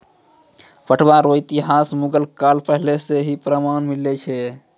पटुआ रो इतिहास मुगल काल पहले से ही प्रमान मिललै